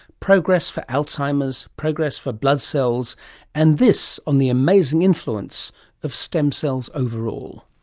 progress for alzheimer's, progress for blood cells and this on the amazing influence of stem cells overall.